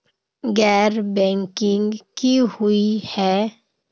गैर बैंकिंग की हुई है?